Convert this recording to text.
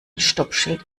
stoppschild